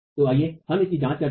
तो आइए हम इसकी जांच करते हैं